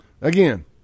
again